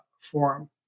Forum